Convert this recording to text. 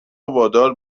وادار